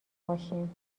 باشیم